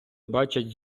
бачать